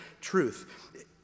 truth